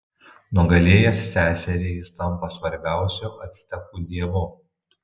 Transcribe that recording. nugalėjęs seserį jis tampa svarbiausiu actekų dievu